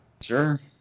sure